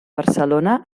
barcelona